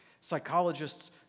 Psychologists